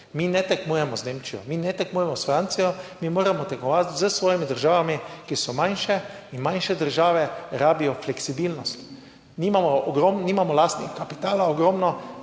mi ne tekmujemo z Nemčijo, mi ne tekmujemo s Francijo, mi moramo tekmovati s svojimi državami, ki so manjše in manjše države rabijo fleksibilnost. Nimamo ogromno,